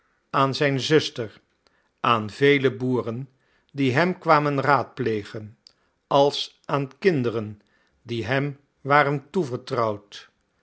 aan zijn zuster aan vele boeren die hem kwamen raadplegen als aan kinderen die hem waren toevertrouwd